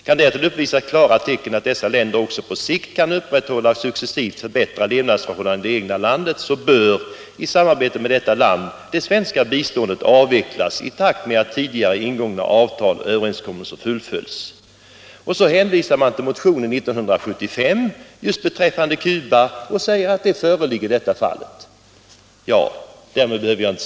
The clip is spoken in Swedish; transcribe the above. Kan därtill uppvisas klara tecken till att dessa länder också på sikt kan uppehålla och successivt förbättra levnadsförhållandena i det egna landet bör, i samarbete med detta land, det svenska biståndet avvecklas i takt med att tidigare ingångna avtal och överenskommelser fullföljs.” Därefter hänvisar vi till en motion år 1975, där vi ansåg oss kunna konstatera en sådan utveckling på Cuba.